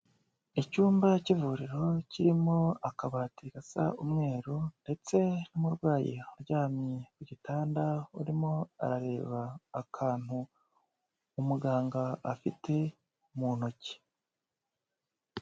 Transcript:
Icyumba cy'ivuriro kirimo akabati gasa umweru ndetse n'umurwayi uryamye ku gitanda urimo arareba akantu umuganga afite mu ntoki.